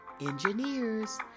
engineers